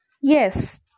Yes